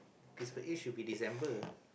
christmas eve should be December